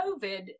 COVID